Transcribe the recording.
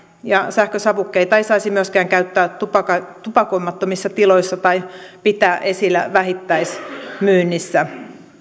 ja sähkösavukkeita ei saisi myöskään käyttää tupakoimattomissa tiloissa tai pitää esillä vähittäismyynnissä